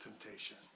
temptation